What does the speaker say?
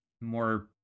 more